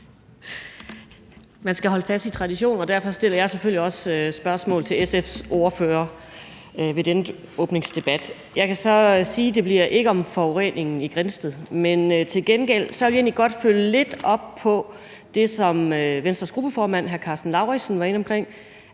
Man skal holde fast i traditioner, og derfor stiller jeg selvfølgelig også spørgsmål til SF's ordfører ved denne åbningsdebat. Jeg kan så sige, at det ikke bliver om forureningen i Grindsted, men til gengæld vil jeg egentlig godt følge lidt op på det, som Venstres gruppeformand, hr. Karsten Lauritzen, var inde omkring